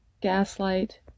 gaslight